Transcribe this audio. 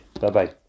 Bye-bye